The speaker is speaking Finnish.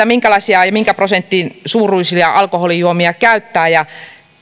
minkälaisia ja minkä prosentin vahvuisia alkoholijuomia käyttää